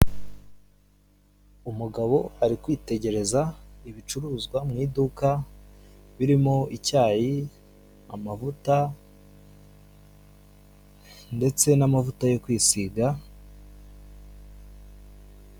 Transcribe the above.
Umugabo ari kwitegereza ibicuruzwa mu iduka birimo: icyayi, amavuta ndetse n'amavuta yo kwisiga.